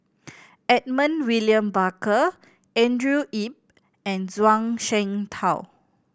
Edmund William Barker Andrew Yip and Zhuang Shengtao